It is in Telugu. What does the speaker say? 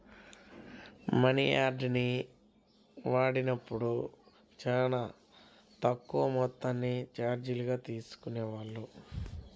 మనియార్డర్ని వాడినప్పుడు చానా తక్కువ మొత్తాన్ని చార్జీలుగా తీసుకునేవాళ్ళు